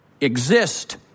exist